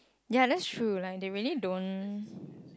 ya that's true like they really don't